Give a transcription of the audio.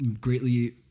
greatly